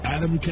Adam